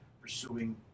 pursuing